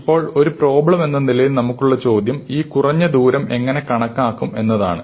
ഇപ്പോൾ ഒരു പ്രോബ്ലമെന്ന നിലയിൽ നമുക്കുള്ള ചോദ്യം ഈ കുറഞ്ഞ ദൂരം എങ്ങനെ കണക്കാക്കും എന്നതാണ്